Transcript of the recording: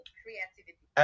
creativity